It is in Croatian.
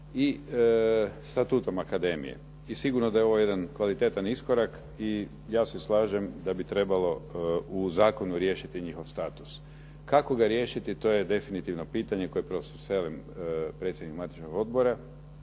i statuom akademije. I sigurno da je ovo jedan kvalitetan iskorak i ja se slažem da bi trebalo u zakonu riješiti njihov status. Kako ga riješiti to je definitivno pitanje koje profesor Selem predsjednik matičnog odbora